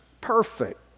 perfect